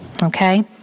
Okay